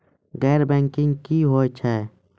गैर बैंकिंग की होय छै?